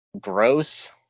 gross